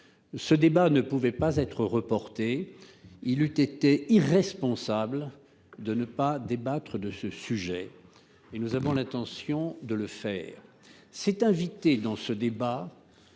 Ce projet ne pouvait pas être reporté. Il eût été irresponsable de ne pas débattre de la question, et nous avons l'intention de le faire. S'est invité dans ce débat